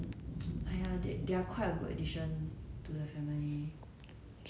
okay lah but then I mean my siblings 他们也是要 like 养狗 but then